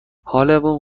حالمون